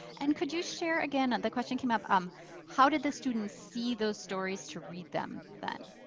and could you share again, and the question came up um how did the students see those stories to read them then?